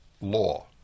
law